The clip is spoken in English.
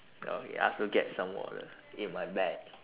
oh he ask to get some water in my bag